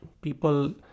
people